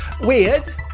Weird